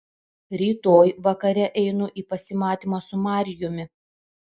rytoj vakare einu į pasimatymą su marijumi